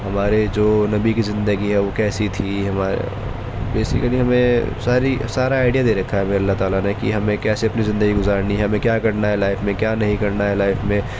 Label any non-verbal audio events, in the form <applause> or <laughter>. ہمارے جو نبی کی زندگی ہے وہ کیسی تھی <unintelligible> بیسیکلی ہمیں ساری سارا آئیڈیا دے ركھا ہے ہمیں اللہ تعالیٰ نے كہ ہمیں كیسے اپنی زندگی گزارنی ہے ہمیں کیا کرنا ہے لائف میں کیا نہیں کرنا ہے لائف میں